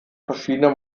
verschiedener